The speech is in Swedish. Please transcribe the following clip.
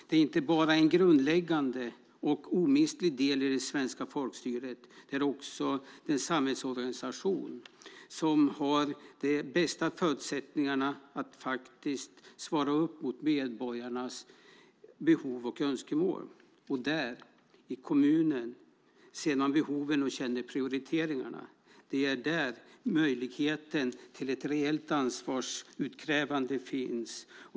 Det är inte bara en grundläggande och omistlig del i det svenska folkstyret, utan det är också en samhällsorganisation som har de bästa förutsättningarna att svara upp mot medborgarnas behov och önskemål. Det är där, i kommunen, man ser behoven och känner prioriteringarna. Det är där möjligheten till ett reellt ansvarsutkrävande finns.